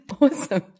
awesome